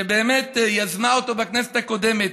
שבאמת יזמה אותו בכנסת הקודמת,